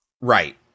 Right